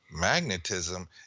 Magnetism